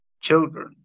children